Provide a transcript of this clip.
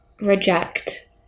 reject